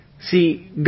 See